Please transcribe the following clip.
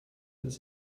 des